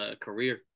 career